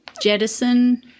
jettison